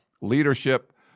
leadership